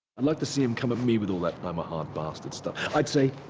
i'd like to see him come at me with all that i'm a hard bastard stuff. i'd say,